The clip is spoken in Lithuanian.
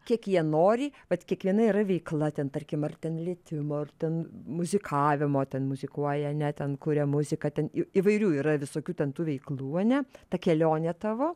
kiek jie nori vat kiekviena yra veikla ten tarkim ar ten lietimo ar ten muzikavimo ten muzikuoja ane ten kuria muziką ten į įvairių yra visokių ten tų veiklų ane ta kelionė tavo